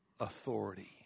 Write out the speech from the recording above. authority